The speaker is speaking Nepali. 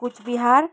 कुचबिहार